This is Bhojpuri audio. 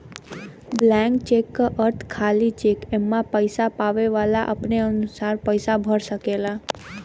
ब्लैंक चेक क अर्थ खाली चेक एमन पैसा पावे वाला अपने अनुसार पैसा भर सकेला